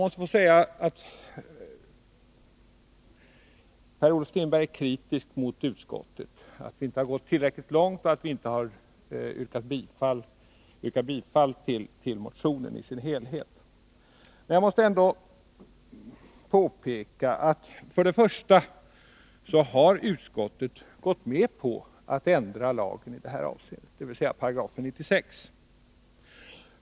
Per-Olof Strindberg är kritisk mot att utskottet inte har gått tillräckligt långt och inte yrkat bifall till motionen i dess helhet. Men för det första har utskottet gått med på att ändra lagen i det här avseendet, dvs. 96 8.